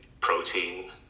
protein